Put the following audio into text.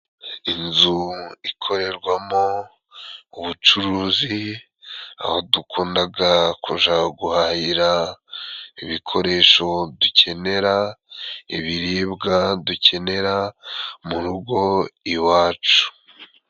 Inzu ikorerwamo ubucuruzi, aho dukundaga kuja guhahira ibikoresho, dukenera ibiribwa dukenera, mu rugo iwacu.